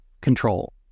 control